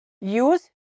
use